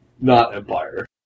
not-Empire